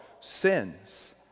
sins